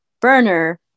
burner